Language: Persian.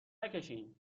نکشین